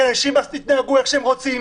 כי אנשים נהגו כפי שהם רוצים,